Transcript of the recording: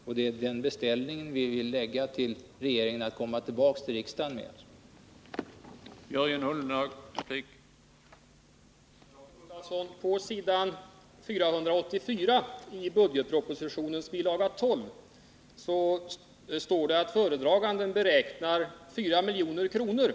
Vi vill göra en beställning till regeringen att den skall komma tillbaka till riksdagen i frågan.